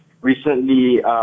recently